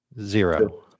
zero